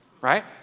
Right